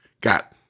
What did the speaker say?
Got